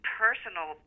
personal